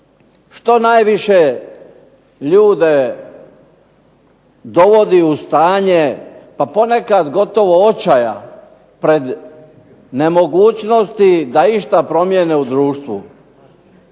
Što najviše ljude dovodi u stanje, ponekad gotovo očaja, pred nemogućnosti da išta promijene u društvu.